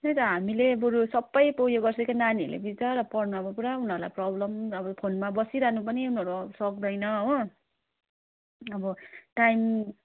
त्यही त हामीले बरू सबै पो यो गरिसक्यो नानीहरूले बिचरा पढ्नु अब पुरा उनीहरूलाई प्रब्लम अब फोनमा बसिरहनु पनि उनीहरू सक्दैन हो अब टाइम